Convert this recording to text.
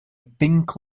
pink